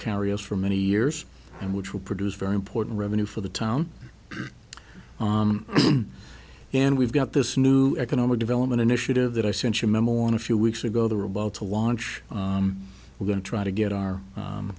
us for many years and which will produce very important revenue for the town and we've got this new economic development initiative that i sent you member want a few weeks ago they were about to launch we're going to try to get our